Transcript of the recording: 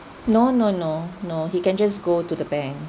no no no no he can just go to the bank